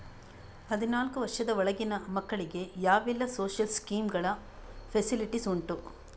ಹದಿನಾಲ್ಕು ವರ್ಷದ ಒಳಗಿನ ಮಕ್ಕಳಿಗೆ ಯಾವೆಲ್ಲ ಸೋಶಿಯಲ್ ಸ್ಕೀಂಗಳ ಫೆಸಿಲಿಟಿ ಉಂಟು?